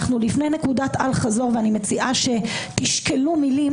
אנו לפני נקודת אל חזור ואני מציעה שתשקלו מילים